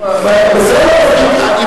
אחת לשמוע,